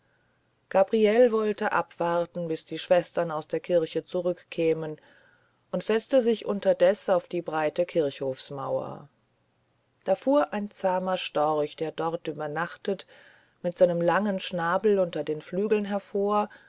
gabriele wollte abwarten bis die schwestern aus der kirche zurückkämen und setzte sich unterdes auf die breite kirchhofsmauer da fuhr ein zahmer storch der dort übernachtet mit seinem langen schnabel unter den flügeln hervor